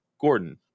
Gordon